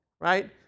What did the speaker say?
right